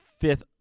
fifth